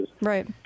Right